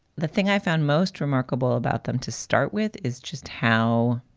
the thing i found most remarkable about them to start with is just how.